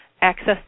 access